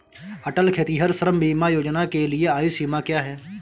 अटल खेतिहर श्रम बीमा योजना के लिए आयु सीमा क्या है?